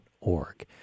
org